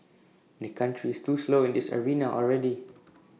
the country is too slow in this arena already